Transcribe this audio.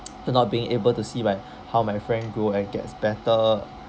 for not being able to see my how my friend grow and gets better